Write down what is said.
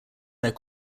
their